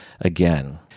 again